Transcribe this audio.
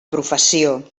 professió